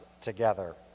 together